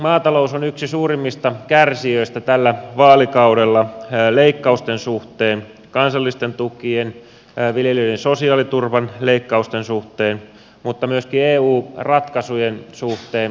maatalous on yksi suurimmista kärsijöistä tällä vaalikaudella leikkausten suhteen kansallisten tukien viljelijöiden sosiaaliturvan leikkausten suhteen mutta myöskin eu ratkaisujen suhteen